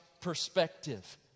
perspective